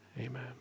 Amen